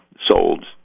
sold